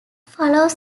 follows